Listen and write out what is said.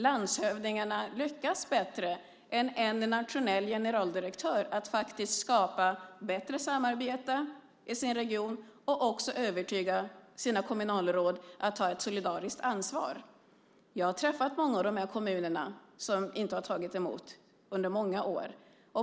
Landshövdingarna lyckas bättre än en nationell generaldirektör att skapa samarbete i sin region och också övertyga sina kommunalråd att ta ett solidariskt ansvar. Jag har träffat representanter för många av de kommuner som inte har tagit mot flyktingar under många år.